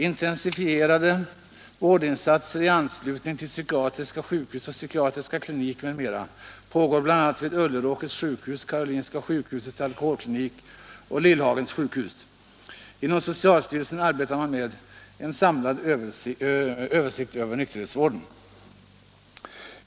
Intensifierade vårdinsatser i anslutning till psykiatriska sjukhus och psykiatriska kliniker m.m. pågår bl.a. vid Ulleråkers sjukhus, Karolinska sjukhusets alkoholklinik och Lillhagens sjukhus. Inom socialstyrelsen arbetar man med en samlad översikt över nykterhetsvården.